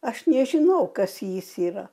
aš nežinau kas jis yra